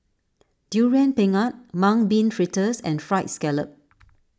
Durian Pengat Mung Bean Fritters and Fried Scallop